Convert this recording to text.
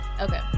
Okay